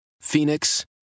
Phoenix